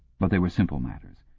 but they were simple matters,